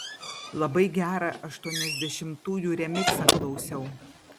labai gerą aštuoniasdešimtųjų remiksą klausiau